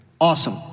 Awesome